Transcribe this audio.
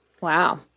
Wow